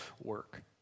work